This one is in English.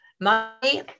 Money